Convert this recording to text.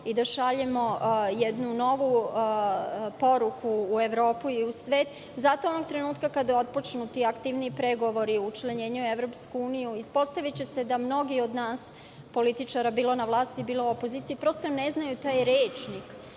da šaljemo jednu novu poruku u Evropu i u svet. Zato onog trenutka kada otpočnu ti aktivniji pregovori o učlanjenju u EU, ispostaviće se da mnogi od nas političara, bilo na vlasti, bilo u opoziciji, ne znaju taj rečnik,